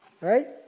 right